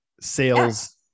sales